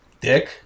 Dick